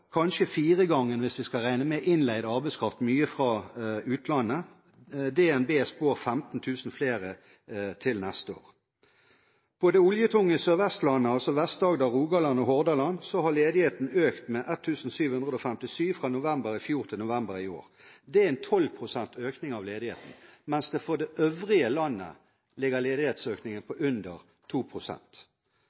kanskje firegangen hvis vi skal regne med innleid arbeidskraft, mye fra utlandet. DNB spår 15 000 flere til neste år. På det oljetunge Sør-Vestlandet, Vest-Agder, Rogaland og Hordaland, har ledigheten økt med 1 757 fra november i fjor til november i år. Det er en 12 pst. økning av ledigheten, mens for det øvrige landet ligger ledighetsøkningen på under